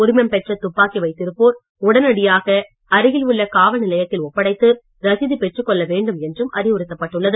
உரிமம் பெற்ற துப்பாக்கி வைத்திருப்போர் உடனடியாக அருகில் உள்ள காவல் நிலையத்தில் ஒப்படைத்து ரசீது பெற்றுக் கொள்ள வேண்டும் என்றும் அறிவுறுத்தப்பட்டுள்ளது